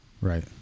Right